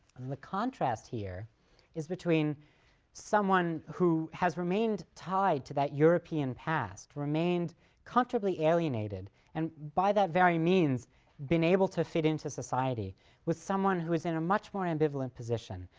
and the contrast here is between someone who has remained tied to that european past, remained comfortably alienated and by that very means been able to fit into society with someone who is in a much more ambivalent position,